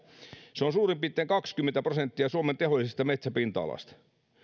se on suurin piirtein kaksikymmentä prosenttia suomen tehollisesta metsäpinta alasta